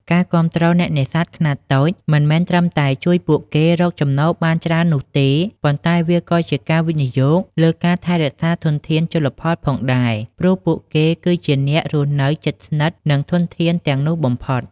ការគាំទ្រអ្នកនេសាទខ្នាតតូចមិនមែនត្រឹមតែជួយពួកគេរកចំណូលបានច្រើននោះទេ ប៉ុន្តែវាក៏ជាការវិនិយោគលើការថែរក្សាធនធានជលផលផងដែរ ព្រោះពួកគេគឺជាអ្នកដែលរស់នៅជិតស្និទ្ធនឹងធនធានទាំងនោះបំផុត។